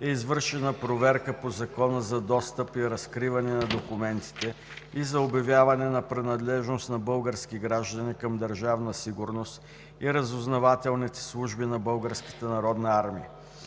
е извършена проверка по Закона за достъп и разкриване на документите и за обявяване на принадлежност на български граждани към Държавна сигурност и разузнавателните служби на